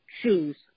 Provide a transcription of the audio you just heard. shoes